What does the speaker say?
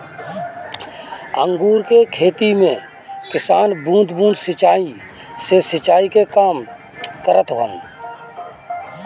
अंगूर के खेती में किसान बूंद बूंद सिंचाई से सिंचाई के काम करत हवन